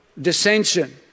dissension